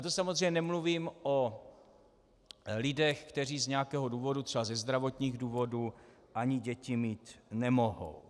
To samozřejmě nemluvím o lidech, kteří z nějakého důvodu, třeba ze zdravotních důvodů, ani děti mít nemohou.